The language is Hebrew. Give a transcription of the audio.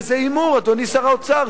וזה הימור, אדוני שר האוצר.